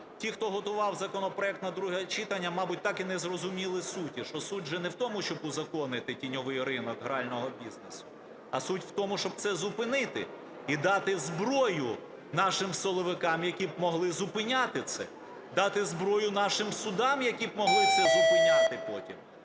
ті, хто готував законопроект на друге читання, мабуть, так і не зрозуміли суті, що суть не в тому, щоб узаконити тіньовий ринок грального бізнесу, а суть в тому, щоб це зупинити і дати зброю нашим силовикам, які б могли зупиняти це, дати зброю нашим судам, які б могли це зупиняти потім,